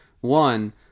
One